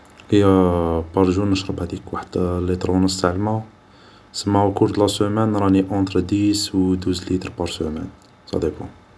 هي بار جور نشرب هاديك واحد ليطرو ونص تاع لما ، سما اوكور دو لاسومان راني اونتر ديس و دوز ليتر بار سومان ، صا ديبون